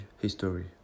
history